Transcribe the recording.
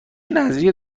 نذریه